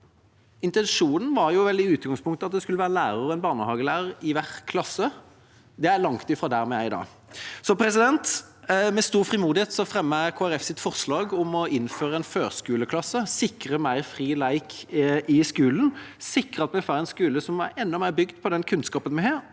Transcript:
Intensjonen var vel i utgangspunktet at det skulle være en lærer og en barnehagelærer i hver klasse. Det er langt fra der vi er i dag. Med stor frimodighet fremmer jeg Kristelig Folkepartis forslag om å innføre en førskoleklasse, sikre mer fri lek i skolen, sikre at vi får en skole som er enda mer bygd på den kunnskapen vi har,